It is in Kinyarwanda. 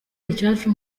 icyacu